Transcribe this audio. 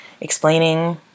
explaining